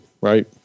right